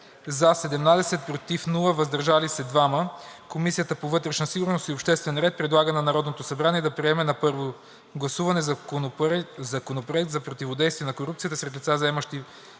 и 2 гласа „въздържал се“ Комисията по вътрешна сигурност и обществен ред предлага на Народното събрание да приеме на първо гласуване Законопроект за противодействие на корупцията сред лица, заемащи